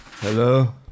Hello